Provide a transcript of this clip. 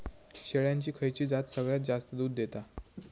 शेळ्यांची खयची जात सगळ्यात जास्त दूध देता?